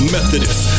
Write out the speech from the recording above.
Methodist